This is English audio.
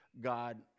God